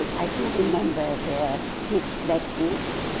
i do remember their big black boots.